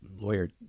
lawyer